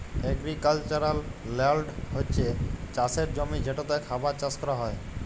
agricultural land হছে চাষের জমি যেটতে খাবার চাষ ক্যরা হ্যয়